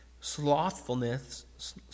slothfulness